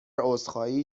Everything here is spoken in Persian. عذرخواهی